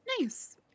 nice